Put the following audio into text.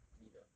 低的